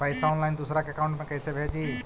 पैसा ऑनलाइन दूसरा के अकाउंट में कैसे भेजी?